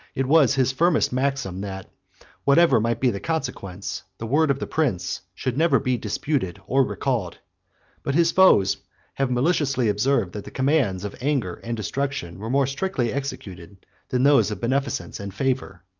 it was his firmest maxim, that whatever might be the consequence, the word of the prince should never be disputed or recalled but his foes have maliciously observed, that the commands of anger and destruction were more strictly executed than those of beneficence and favor.